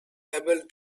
able